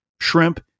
shrimp